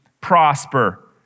prosper